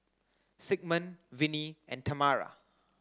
Sigmund Vinie and Tamara